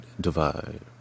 divide